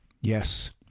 yes